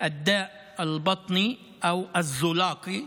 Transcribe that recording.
להלן תרגומם: בערבית השם של מחלת הצליאק הוא המחלה הבטנית או צליאק,